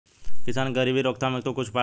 किसान के गरीबी रोकथाम हेतु कुछ उपाय बताई?